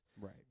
Right